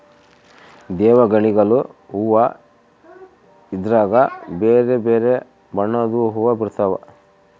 ದೇವಗಣಿಗಲು ಹೂವ್ವ ಇದ್ರಗ ಬೆರೆ ಬೆರೆ ಬಣ್ಣದ್ವು ಹುವ್ವ ಬಿಡ್ತವಾ